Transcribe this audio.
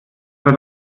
für